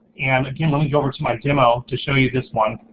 and again, let me go over to my demo to show you this one.